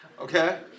okay